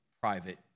private